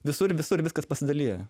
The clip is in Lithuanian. visur visur viskas pasidalija